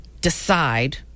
decide